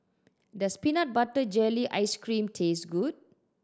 does peanut butter jelly ice cream taste good